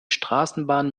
straßenbahn